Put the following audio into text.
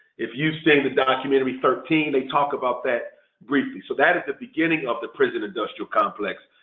if you've seen the documentary thirteen, they talk about that briefly. so that is the beginning of the prison industrial complex.